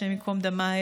השם ייקום דמה,